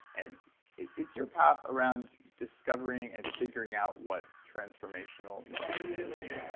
and it's your path around discovering and figuring out what transformational nutrition is,